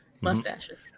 Mustaches